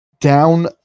Down